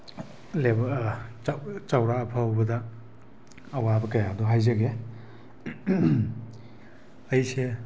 ꯆꯥꯎꯔꯛꯑ ꯐꯥꯎꯕꯗ ꯑꯋꯥꯕ ꯀꯌꯥꯗꯣ ꯍꯥꯏꯖꯒꯦ ꯑꯩꯁꯦ